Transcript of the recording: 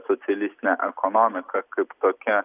socialistinė ekonomika kaip tokia